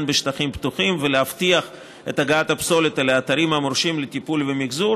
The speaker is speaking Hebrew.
בשטחים פתוחים ולהבטיח את הגעת הפסולת אל האתרים המורשים לטיפול ומחזור